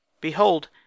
Behold